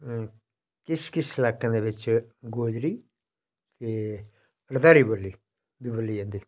पर किश किश इलाकें दे बिच्च डोगरी ते लतारी बोल्ली बोल्ली जंदी